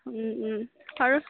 আৰু